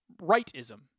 rightism